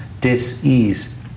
dis-ease